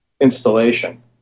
installation